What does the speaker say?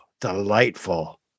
delightful